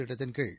திட்டத்தின்கீழ்